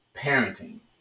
parenting